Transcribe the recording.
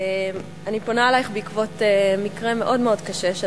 אני פונה אלייך בעקבות מקרה מאוד-מאוד קשה של